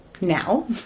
now